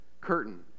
curtain